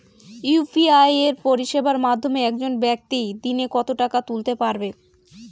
UPI পরিষেবার মাধ্যমে একজন ব্যাক্তি দিনে কত টাকা তুলতে পারবে?